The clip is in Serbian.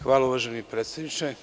Hvala, uvaženi predsedniče.